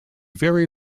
very